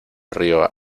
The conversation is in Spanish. río